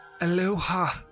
aloha